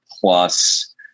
plus